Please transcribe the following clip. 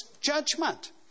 judgment